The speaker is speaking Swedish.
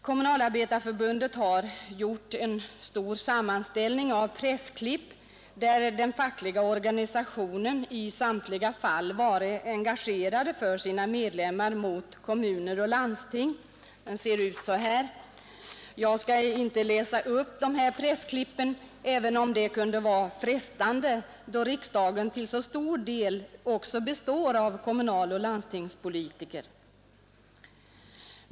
Kommunalarbetareförbundet har gjort en sammanställning av pressklipp, som i samtliga fall visar hur den fackliga organisationen varit engagerad för sina medlemmar mot kommuner och landsting. Jag skall inte läsa upp dessa pressklipp, även om det kunde vara frestande, då riksdagen till stor del består av kommunaloch landstingspolitiker.